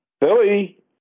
Billy